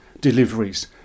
deliveries